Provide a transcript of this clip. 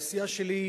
הסיעה שלי,